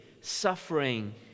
suffering